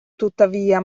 tuttavia